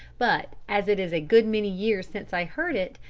but as it is a good many years since i heard it,